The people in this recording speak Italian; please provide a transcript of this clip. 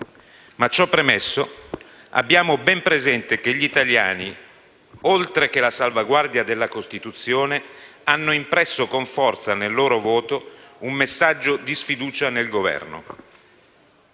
Ma ciò premesso, abbiamo ben presente che gli italiani, oltre che la salvaguardia della Costituzione, hanno impresso con forza nel loro voto un messaggio di sfiducia nel Governo